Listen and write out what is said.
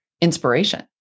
inspiration